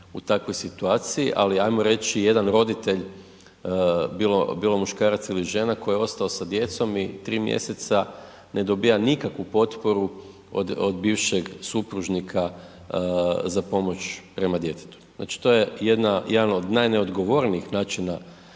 u takvoj situaciji, ali ajmo reći jedan roditelj bilo, bilo muškarac ili žena koji je ostao sa djecom i tri mjeseca ne dobija nikakvu potporu od, od bivšeg supružnika za pomoć prema djetetu, znači to je jedna, jedan od najneodgovornijih načina